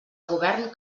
govern